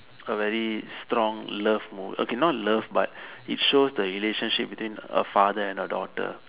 a very strong love okay not love but it shows the relationship between a father and a daughter